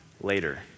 later